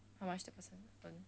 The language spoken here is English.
how much tax they burn